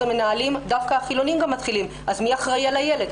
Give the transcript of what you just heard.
אז המנהלים דווקא החילוניים מתחילים: אז מי אחראי על הילד?